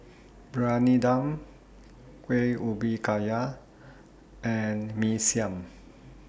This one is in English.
Briyani Dum Kueh Ubi Kayu and Mee Siam